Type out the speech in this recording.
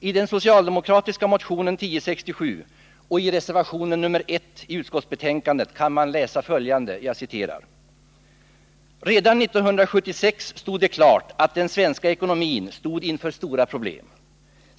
I den socialdemokratiska motionen 1067 och i reservation nr 1 till utskottsbetänkandet kan man läsa följande: ”Redan 1976 framstod det klart att den svenska ekonomin stod inför stora problem.